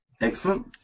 excellent